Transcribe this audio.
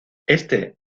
este